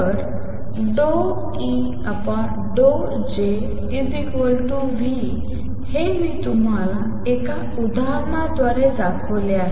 तर ∂E∂Jν हे मी तुम्हाला एका उदाहरणाद्वारे दाखवले आहे